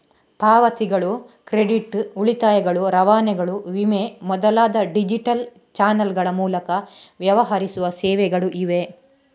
ಪಾವತಿಗಳು, ಕ್ರೆಡಿಟ್, ಉಳಿತಾಯಗಳು, ರವಾನೆಗಳು, ವಿಮೆ ಮೊದಲಾದ ಡಿಜಿಟಲ್ ಚಾನಲ್ಗಳ ಮೂಲಕ ವ್ಯವಹರಿಸುವ ಸೇವೆಗಳು ಇವೆ